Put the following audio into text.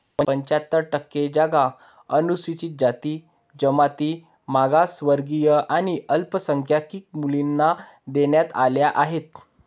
पंच्याहत्तर टक्के जागा अनुसूचित जाती, जमाती, मागासवर्गीय आणि अल्पसंख्याक मुलींना देण्यात आल्या आहेत